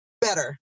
better